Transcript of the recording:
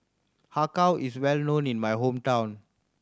Har Kow is well known in my hometown